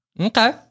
Okay